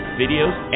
videos